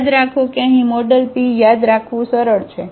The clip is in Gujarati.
યાદ રાખો કે અહીં મોડેલ p યાદ રાખવું સરળ છે